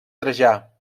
trajà